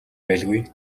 байлгүй